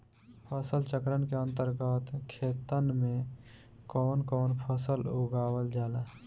फसल चक्रण के अंतर्गत खेतन में कवन कवन फसल उगावल जाला?